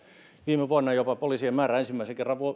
viime vuonna poliisien määrä ensimmäisen kerran